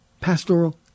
pastoral